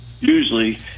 Usually